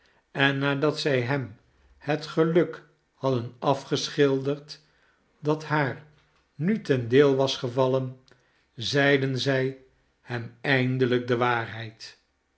en nadat zij hem het geluk hadden afgeschilderd dat haar nu ten deel was gevallen zeiden zij hem eindelijk de waarheid